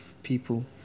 people